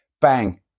Bang